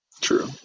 True